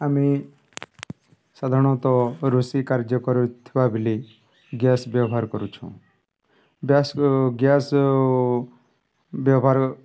ଆମେ ସାଧାରଣତଃ ରୋଷେଇ କାର୍ଯ୍ୟ କରିଥିବା ବେଲେ ଗ୍ୟାସ ବ୍ୟବହାର କରୁଛୁ ଗ୍ୟାସ ବ୍ୟବହାର